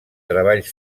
treballs